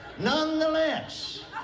Nonetheless